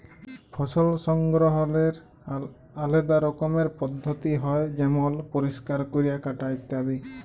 ফসল সংগ্রহলের আলেদা রকমের পদ্ধতি হ্যয় যেমল পরিষ্কার ক্যরা, কাটা ইত্যাদি